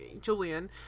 Julian